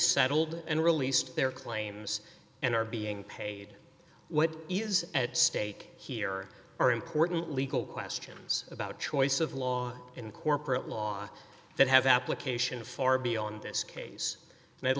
settled and released their claims and are being paid what is at stake here are important legal questions about choice of law in corporate law that have application far beyond this case